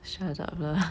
shut up lah